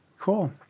Cool